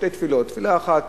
שתי תפילות: תפילה אחת,